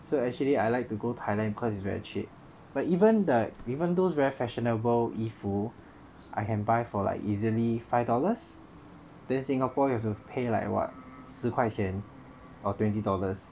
so actually I like to go Thailand cause is very cheap but even the even those very fashionable 衣服 I can buy for like easily five dollars then Singapore you have to pay like what 十块钱 twenty dollars